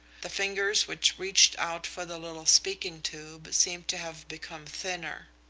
the fingers which reached out for the little speaking-tube seemed to have become thinner.